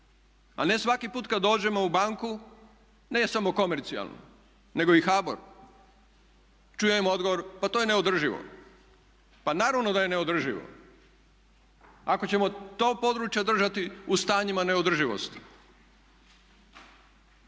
A ne svaki put kad dođemo u banku ne samo komercijalnu, nego i HBOR čujem odgovor, pa to je neodrživo. Pa naravno da je neodrživo. Ako ćemo to područje držati u stanjima neodrživosti